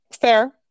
Fair